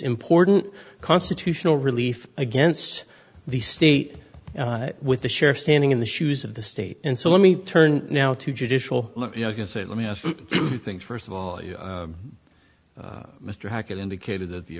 important constitutional relief against the state with the share standing in the shoes of the state and so let me turn now to judicial you can say let me ask you think first of all you mr hackett indicated that the